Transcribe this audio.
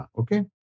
Okay